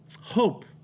hope